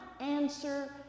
answer